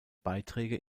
beiträge